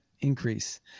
increase